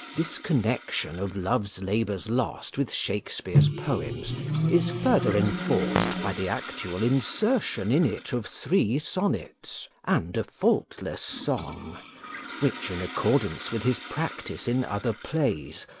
this connexion of love's labours lost with shakespeare's poems is further enforced by the actual insertion in it of three sonnets and a faultless song which, in accordance with his practice in other plays,